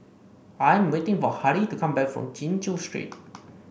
I am waiting for Harrie to come back from Chin Chew Street